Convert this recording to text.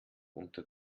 unter